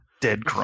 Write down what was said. dead